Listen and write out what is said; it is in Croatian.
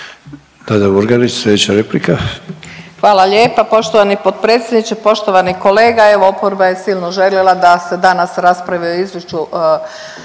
**Murganić, Nada (HDZ)** Hvala lijepa. Poštovani potpredsjedniče, poštovani kolega. Evo oporba je silno željela da se danas raspravi o izvješću